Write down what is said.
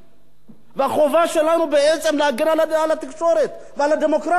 והחובה שלנו היא בעצם להגן על התקשורת ועל הדמוקרטיה שלנו.